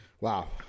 Wow